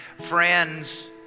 friends